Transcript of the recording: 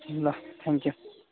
ल हुन्छ